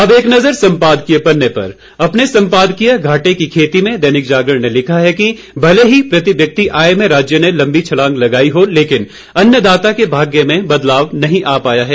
अब एक नज़र सम्पादकीय पन्ने पर अपने सम्पादकीय घाटे की खेती में दैनिक जागरण ने लिखा है कि भले ही प्रति व्यक्ति आय में राज्य ने लम्बी छलांग लगाई हो लेकिन अन्नदाता के भाग्य में बदलाव नहीं आ पाया है